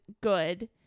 good